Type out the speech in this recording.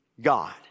God